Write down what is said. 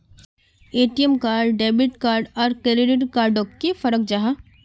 ATM card debit card आर credit card डोट की फरक जाहा?